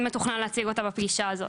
האם מתוכנן להציג אותה בפגישה הזאת?